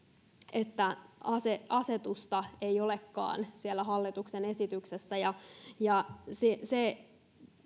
että asetusta ei olekaan siellä hallituksen esityksessä ja se